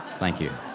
thank you.